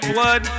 Blood